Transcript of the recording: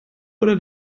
oder